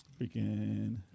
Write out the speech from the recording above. Freaking